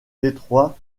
détroit